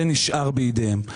זה נשאר בידיהם.